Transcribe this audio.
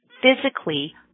physically